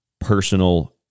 personal